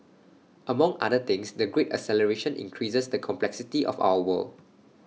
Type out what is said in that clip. among other things the great acceleration increases the complexity of our world